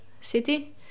city